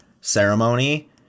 ceremony